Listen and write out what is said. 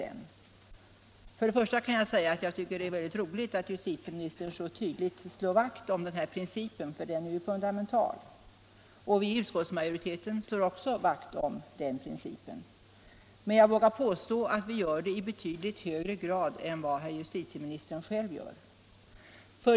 Jag tycker att det är bra att justitieministern så tydligt slår vakt om den principen, för den är fundamental. Vi i utskottsmajoriteten slår också vakt om den, men jag vågar påstå att vi gör det i betydligt högre grad än herr justitieministern själv.